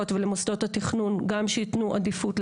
ולמוסדות התכנון גם שייתנו עדיפות.